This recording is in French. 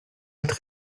être